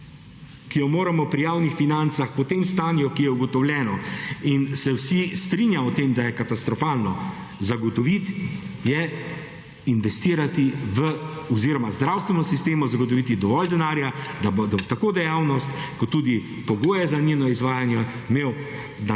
ki jo moramo pri javnih financah po tem stanju, ki je ugotovljeno in se vsi strinjajo v tem, da je katastrofalno, zagotoviti je investirati v … oziroma zdravstvenem sistemu zagotoviti dovolj denarja, da bo tako dejavnost, kot tudi pogoje za njena izvajanja imel na